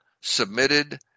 submitted